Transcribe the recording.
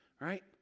right